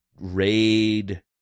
RAID